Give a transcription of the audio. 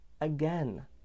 again